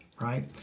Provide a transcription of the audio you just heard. right